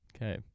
Okay